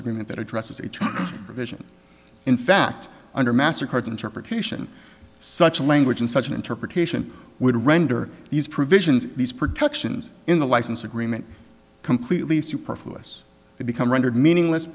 agreement that addresses the term vision in fact under mastercard interpretation such language and such an interpretation would render these provisions these protections in the license agreement completely superfluous to become rendered meaningless